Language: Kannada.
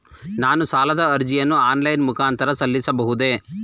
ನಾನು ಸಾಲದ ಅರ್ಜಿಯನ್ನು ಆನ್ಲೈನ್ ಮುಖಾಂತರ ಸಲ್ಲಿಸಬಹುದೇ?